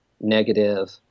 negative